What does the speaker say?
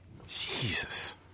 Jesus